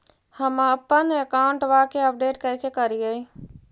हमपन अकाउंट वा के अपडेट कैसै करिअई?